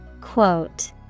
Quote